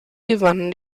gewannen